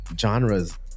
genres